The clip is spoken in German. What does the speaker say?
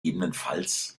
ggf